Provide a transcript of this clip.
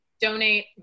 donate